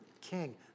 king